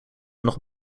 nog